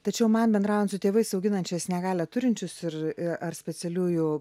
tačiau man bendraujant su tėvais auginančiais negalią turinčius ir ar specialiųjų